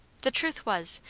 the truth was,